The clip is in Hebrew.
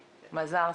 מזרצקי.